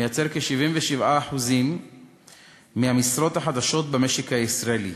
מייצר כ-77% מהמשרות החדשות במשק הישראלי,